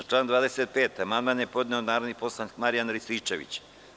Na član 25. amandman je podneo narodni poslanik Marijan Rističević.